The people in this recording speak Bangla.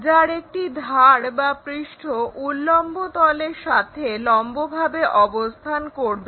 যার একটি ধার বা পৃষ্ঠ উল্লম্ব তলের সাথে লম্বভাবে অবস্থান করবে